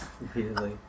repeatedly